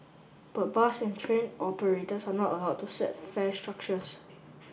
but bus and train operators are not allowed to set fare structures